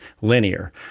linear